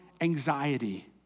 anxiety